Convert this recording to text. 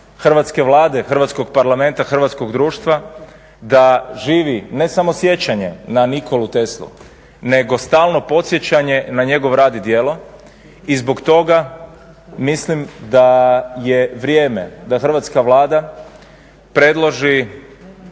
Hrvatske Vlade, Hrvatskog parlamenta, hrvatskog društva da živi ne samo sjećanje na Nikolu Teslu, nego stalno podsjećanje na njegov rad i djelo i zbog toga mislim da je vrijeme da Hrvatska Vlada predloži